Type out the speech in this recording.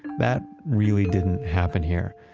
that really didn't happen here,